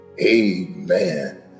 Amen